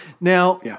Now